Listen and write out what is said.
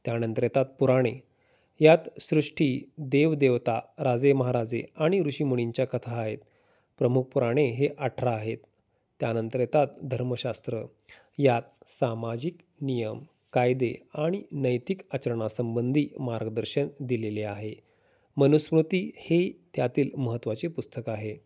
त्यानंतर येतात पुराणे यात सृष्टी देवदेवता राजे महाराजे आणि ऋषिमुनींच्या कथा आहेत प्रमुख पुुराणे हे अठरा आहेत त्यानंतर येतात धर्मशास्त्र यात सामाजिक नियम कायदे आणि नैतिक आचरणासंबंधी मार्गदर्शन दिलेले आहे मनुस्मती हे त्यातील महत्त्वाचे पुस्तक आहे